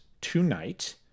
tonight